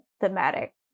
thematic